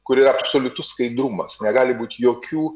kur yra absoliutus skaidrumas negali būti jokių